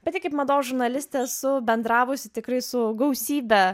bet tai kaip mados žurnalistė esu bendravusi tikrai su gausybe